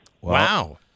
Wow